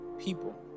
people